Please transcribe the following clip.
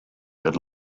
had